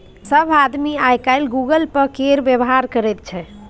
सभ आदमी आय काल्हि गूगल पे केर व्यवहार करैत छै